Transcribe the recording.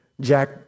Jack